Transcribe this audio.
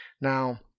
Now